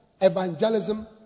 evangelism